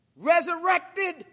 Resurrected